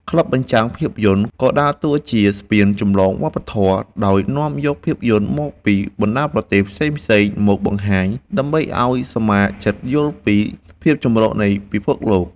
ក្លឹបបញ្ចាំងភាពយន្ត ក៏ដើរតួជាស្ពានចម្លងវប្បធម៌ ដោយនាំយកភាពយន្តមកពីបណ្ដាប្រទេសផ្សេងៗមកបង្ហាញ ដើម្បីឱ្យសមាជិកយល់ពីភាពចម្រុះនៃពិភពលោក។